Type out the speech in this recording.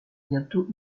bientôt